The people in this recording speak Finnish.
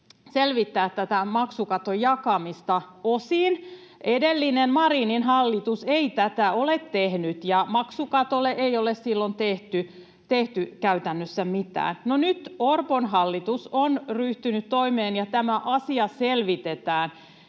selvittää tätä maksukaton jakamista osiin. Edellinen, Marinin hallitus ei tätä tehnyt, ja maksukatolle ei silloin tehty käytännössä mitään. No, nyt Orpon hallitus on ryhtynyt toimeen, ja tämä asia selvitetään.